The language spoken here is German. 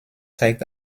zeigt